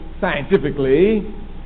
scientifically